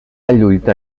lluita